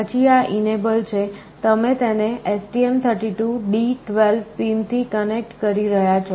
પછી આ enable છે તમે તેને STM32 D12 પિનથી કનેક્ટ કરી રહ્યાં છો